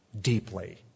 deeply